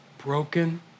broken